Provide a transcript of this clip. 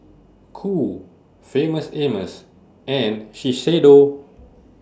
Qoo Famous Amos and Shiseido